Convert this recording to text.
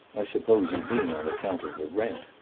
i suppose you mean on account of the rent,